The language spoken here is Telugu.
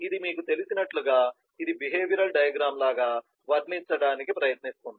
ఇది మీకు తెలిసినట్లుగా ఇది బిహేవియరల్ డయాగ్రమ్ లాగా వర్ణించటానికి ప్రయత్నిస్తుంది